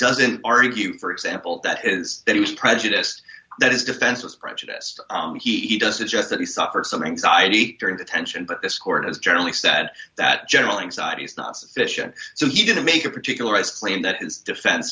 doesn't argue for example that is that he was prejudiced that his defense was prejudiced he does suggest that he suffered some anxiety during the tension but this court has generally said that general anxiety is not sufficient so he didn't make a particular as claim that his defense